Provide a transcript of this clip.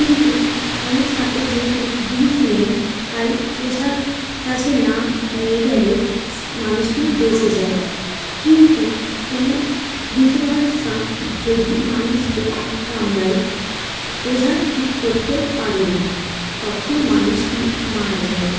কিন্তু অনেক সাপে যেহেতু বিষ নেই তাই ওঝার কাছে না নিয়ে গেলেও মানুষটি বেঁচে যায় কিন্তু কোনো বিষধর সাঁপ যদি মানুষকে কামড়ায় ওঝা ঠিক করতে পারে না তখন মানুষটি মারা যায়